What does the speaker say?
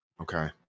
Okay